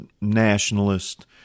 nationalist